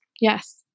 Yes